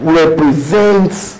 represents